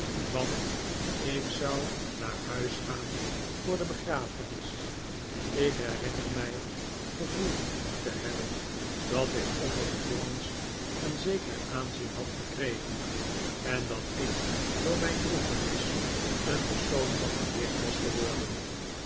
want ik zou naar huis gaan voor de begrafenis ik herinner mij gevoeld te hebben dat ik onder de jongens een zeker aanzien had verkregen en dat ik door mijn droefenis een persoon van gewicht was geworden